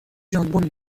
ژامبون